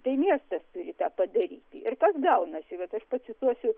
tai miestas turi tą padaryti ir kas gaunasi vat aš pacituosiu